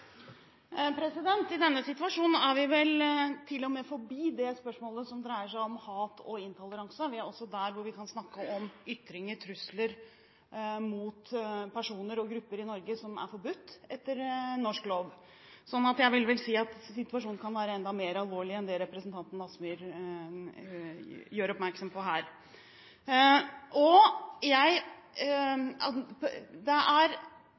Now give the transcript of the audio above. I denne situasjonen er vi vel til og med forbi det spørsmålet som dreier seg om hat og intoleranse. Vi er også der hvor vi kan snakke om ytringer og trusler mot personer og grupper i Norge som er forbudt etter norsk lov, så jeg vil vel si at situasjonen kan være enda mer alvorlig enn det representanten Kielland Asmyhr gjør oppmerksom på her. Det er slik at alle utdanningsinstitusjoner er